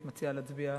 אני מציעה להצביע ולתמוך.